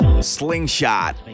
Slingshot